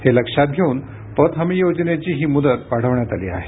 हे लक्षात घेऊन पत हमी योजनेची ही मुदत वाढवण्यात आली आहे